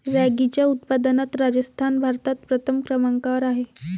रॅगीच्या उत्पादनात राजस्थान भारतात प्रथम क्रमांकावर आहे